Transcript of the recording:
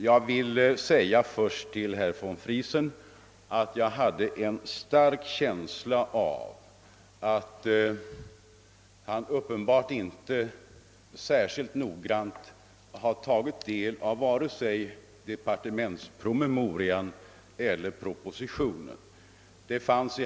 Jag vill först säga till herr von Friesen, att jag hade en stark känsla av att han uppenbarligen inte särskilt noggrant har tagit del av vare sig departementspromemorian eller propositionen.